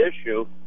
issue